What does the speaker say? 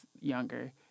younger